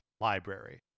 library